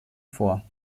vor